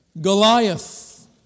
Goliath